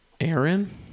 Aaron